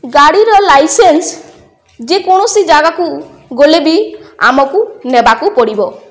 ଗାଡ଼ିର ଲାଇସେନ୍ସ ଯେକୌଣସି ଜାଗାକୁ ଗଲେ ବି ଆମକୁ ନେବାକୁ ପଡ଼ିବ